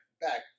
back